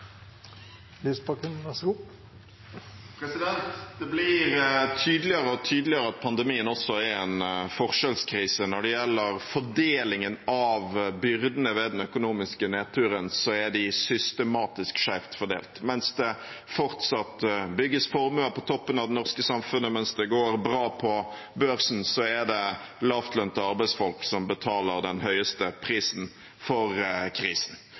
Det blir tydeligere og tydeligere at pandemien også er en forskjellskrise. Når det gjelder fordelingen av byrdene ved den økonomiske nedturen, er de systematisk skjevt fordelt. Mens det fortsatt bygges formuer på toppen av det norske samfunnet, mens det går bra på børsen, er det lavtlønnede arbeidsfolk som betaler den høyeste prisen for krisen.